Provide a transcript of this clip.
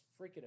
freaking